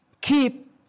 Keep